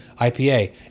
IPA